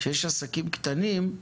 כשיש עסקים קטנים,